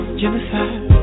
genocide